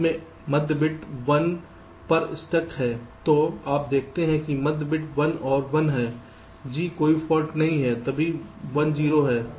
f में मध्य bit 1 पर स्टक है तो आप देखते हैं कि मध्य बिट 1 और 1 है g कोई फाल्ट नहीं सभी 1 0 है